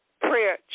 Prayer